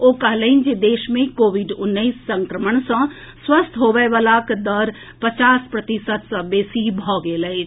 ओ कहलनि जे देश मे कोविड उन्नैस संक्रमण सॅ स्वस्थ होबय वलाक दर पचास प्रतिशत सॅ बेसी भऽ गेल अछि